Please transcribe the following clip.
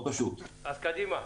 אז קדימה.